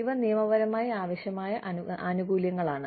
ഇവ നിയമപരമായി ആവശ്യമായ ആനുകൂല്യങ്ങളാണ്